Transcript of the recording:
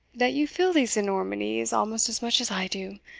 that you feel these enormities almost as much as i do.